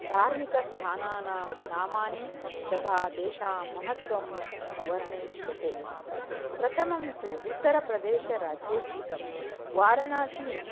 धार्मिकस्थानानां नामानि तथा तेषां महत्वं वर्णयिष्यते प्रथमं तु उत्तरप्रदेशराज्ये स्थितं वारणासी